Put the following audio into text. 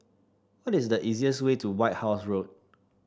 what is the easiest way to White House Road